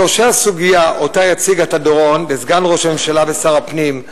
שורשי הסוגיה שיציג עתה דורון לסגן ראש הממשלה ושר הפנים,